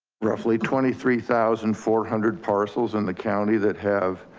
roughly twenty three thousand four hundred parcels in the county that have,